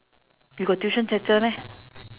you got tuition centre meh